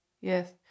yes